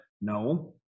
no